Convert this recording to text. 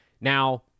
Now